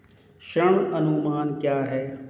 ऋण अनुमान क्या है?